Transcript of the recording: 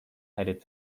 headed